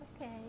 okay